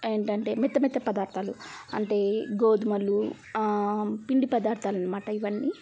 ఏంటంటే మెత్త మెత్త పదార్థాలు అంటే గోధుమలు పిండి పదార్థాలనమాట ఇవన్నీ